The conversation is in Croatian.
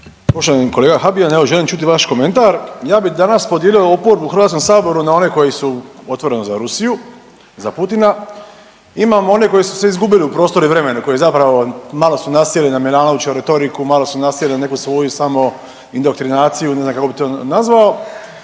Poštovani kolega Habijan, evo želim čuti vaš komentar, ja bi danas podijelio oporbu u HS na one koji su otvoreni za Rusiju, za Putina i imamo one koji su se izgubili u prostoru i vremenu, koji zapravo malo su nasjeli na Milanovićevu retoriku, malo su nasjeli na neku svoju samo indoktrinaciju, ne znam kako bi to nazvao,